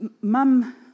mum